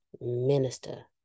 minister